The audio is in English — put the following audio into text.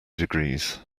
degrees